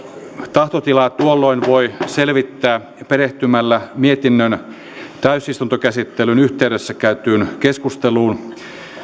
tahtotilan tuolloin voi selvittää perehtymällä mietinnön täysistuntokäsittelyn yhteydessä käytyyn keskusteluun